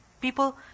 People